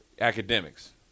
academics